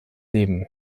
leben